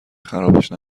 خرابش